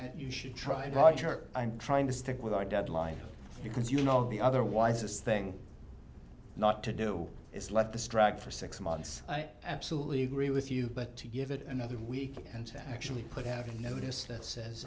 that you should try bodger i'm trying to stick with our deadline because you know the other wisest thing not to do is let the strike for six months i absolutely agree with you but to give it another week and to actually put have you noticed that says